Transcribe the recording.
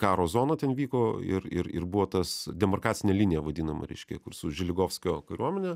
karo zona ten vyko ir ir ir buvo tas demarkacinė linija vadinama reiškia kursu želigovskio kariuomene